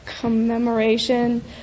commemoration